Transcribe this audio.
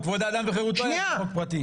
גם כבוד אדם וחירותו היה חוק פרטי.